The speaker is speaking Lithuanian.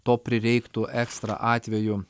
to prireiktų ekstra atveju